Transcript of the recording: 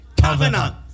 Covenant